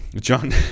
john